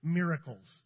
miracles